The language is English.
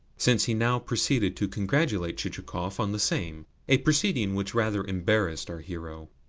since he now proceeded to congratulate chichikov on the same a proceeding which rather embarrassed our hero,